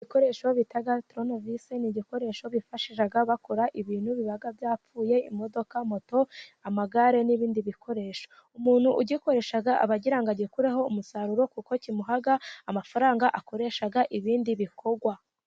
Ibikoresho bita turune visi ni igikoresho bifashi bakora ibintu biba byapfuye: imodoka, moto, amagare n' ibindi bikoresho; umuntu ugikoresha abagira ngo agikureho umusaruro kuko kimuha amafaranga akoresha ibindi bikorwa.